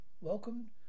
Welcome